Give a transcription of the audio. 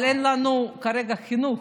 אבל אין לנו כרגע ועדת חינוך.